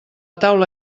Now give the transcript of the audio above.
taula